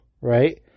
right